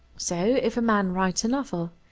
so, if a man writes a novel,